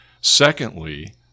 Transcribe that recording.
Secondly